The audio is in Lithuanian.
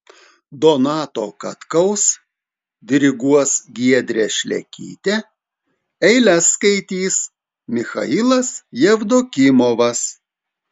donato katkaus diriguos giedrė šlekytė eiles skaitys michailas jevdokimovas